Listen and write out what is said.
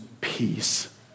peace